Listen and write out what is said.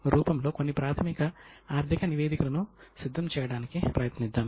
ఈ రోజు అకౌంటింగ్ ఎలా ఉద్భవించిందో చూద్దాం